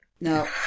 No